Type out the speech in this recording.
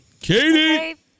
Katie